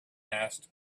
asked